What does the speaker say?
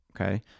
okay